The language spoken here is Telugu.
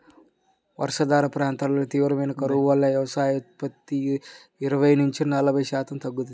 వర్షాధార ప్రాంతాల్లో తీవ్రమైన కరువు వల్ల వ్యవసాయోత్పత్తి ఇరవై నుంచి నలభై శాతం తగ్గింది